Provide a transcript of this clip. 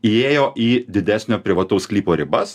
įėjo į didesnio privataus sklypo ribas